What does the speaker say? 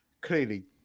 clearly